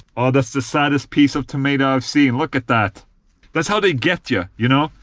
oh that's the saddest piece of tomato i've seen, look at that that's how they get ya, you know?